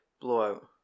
Blowout